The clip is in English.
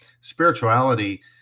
Spirituality